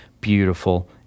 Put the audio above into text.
beautiful